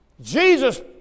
Jesus